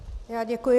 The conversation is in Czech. Děkuji.